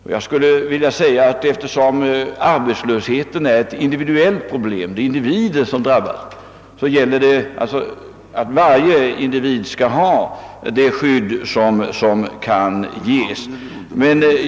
Och eftersom arbetslösheten är ett individuellt problem — det är individer som drabbas — gäller att varje individ skall ha det skydd som kan ges.